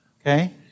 okay